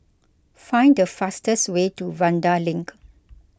find the fastest way to Vanda Link